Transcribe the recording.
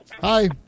Hi